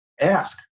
Ask